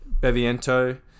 beviento